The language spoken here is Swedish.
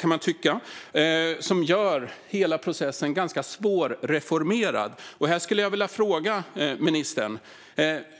Det gör hela processen svårreformerad. Jag vill fråga ministern